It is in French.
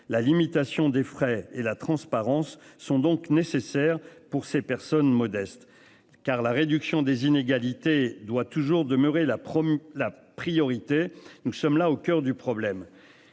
La limitation des frais et la transparence sont donc nécessaires pour ces personnes modestes car la réduction des inégalités doit toujours demeurer la la priorité. Nous sommes là au coeur du problème,